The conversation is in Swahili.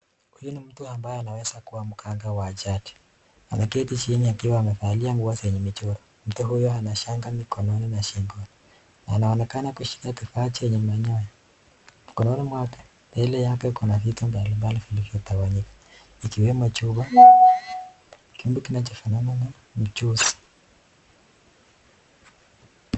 Huyu ni mtu anaweza kuwa mganga wa jadi, anaketi chini akiwa amevalia nguo zenye michoro, mtu huyo ana shanga mikononi na shingoni. Anaonekana kushika kifaa chenye manyoya, mikononi mwake, mbele yake kuna vitu mbalimbali vilivyo tawanyika ikiwemo chura, kiumbe kinachofanana na mjusi.